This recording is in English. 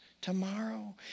Tomorrow